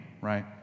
right